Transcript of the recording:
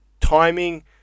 timing